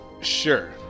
Sure